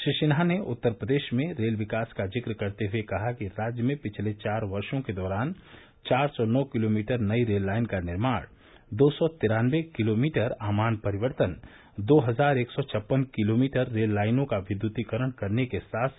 श्री सिन्हा ने उत्तर प्रदेश में रेल विकास का जिक्र करते हुए कहा कि राज्य में पिछले चार वर्षो के दौरान चार सौ नौ किलोमीटर नई रेल लाइन का निर्माण दो सौ तिरान्नवे किलोमीटर आमान परिवर्तन दो हजार एक सौ छप्पन किलोमीटर रेल लाइनों का विद्युतीकरण करने के साथ साथ उन्तीस उपरिगामी पुलों का निर्माण किया गया है